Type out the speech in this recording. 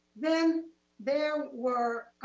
then there were,